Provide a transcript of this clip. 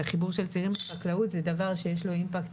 וחיבור של צעירים לחקלאות זה דבר שיש לו אימפקט